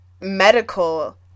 medical